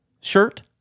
shirt